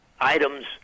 items